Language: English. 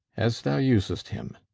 as thou usest him,